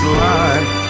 life